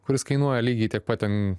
kuris kainuoja lygiai taip pat ten